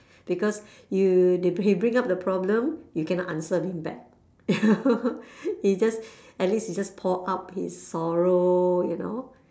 because you they he bring up the problem you cannot answer him back he just at least he just pour out his sorrow you know